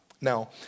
Now